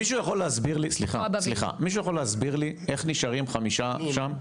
מישהו יכול להסביר לי איך נשארים 5 שם?